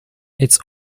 its